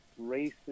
racist